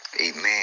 amen